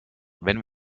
wenn